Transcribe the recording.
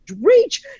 reach